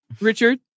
Richard